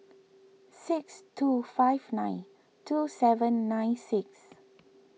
six two five nine two seven nine six